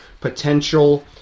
potential